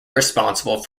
responsible